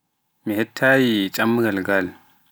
Mi annda mi hebtaayi ntcham ngal ngal.